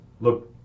look